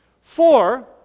Four